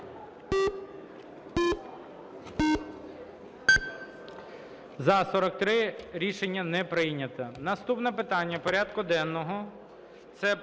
За-43 Рішення не прийнято. Наступне питання порядку денного.